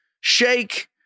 Shake